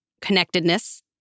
connectedness